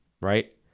right